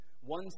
one